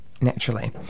naturally